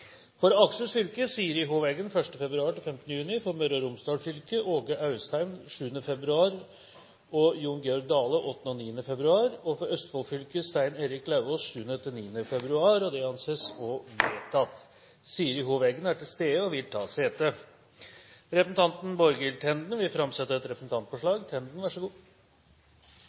For Akershus fylke: Siri Hov Eggen 1. februar–15. juni For Møre og Romsdal fylke: Åge Austheim 7. februar og Jon Georg Dale 8. og 9. februar For Østfold fylke: Stein Erik Lauvås 7.–9. februar Siri Hov Eggen er til stede og vil ta sete. Representanten Borghild Tenden vil framsette et representantforslag.